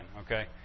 okay